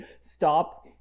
stop